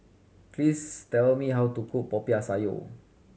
please tell me how to cook Popiah Sayur